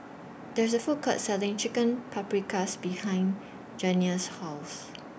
There IS A Food Court Selling Chicken Paprikas behind Janiah's House